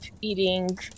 eating